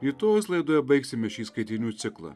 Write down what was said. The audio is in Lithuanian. rytojaus laidoje baigsime šį skaitinių ciklą